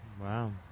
Wow